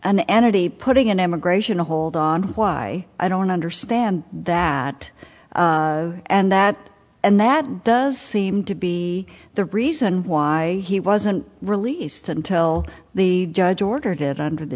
n entity putting an immigration hold on why i don't understand that and that and that does seem to be the reason why he wasn't released until the judge ordered it under the